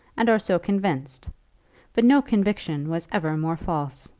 and are so convinced but no conviction was ever more false.